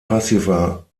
passiver